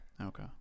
Okay